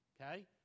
okay